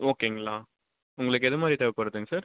ஓகேங்களா உங்களுக்கு எது மாதிரி தேவைப்படுதுங்க சார்